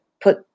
put